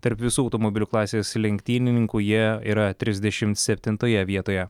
tarp visų automobilių klasės lenktynininkų jie yra trisdešim septintoje vietoje